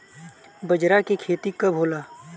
बजरा के खेती कब होला?